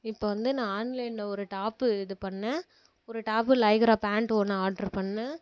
இப்போது வந்து நான் ஆன்லைனில் ஒரு டாப்பு இது பண்ணிணேன் ஒரு டாப்பு லைகரா பேண்ட்டு ஒன்று ஆர்ட்ரு பண்ணிணேன்